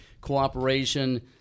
cooperation